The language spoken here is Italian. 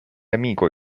amico